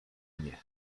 nie